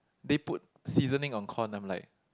they put seasoning on corn I'm like